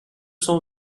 cent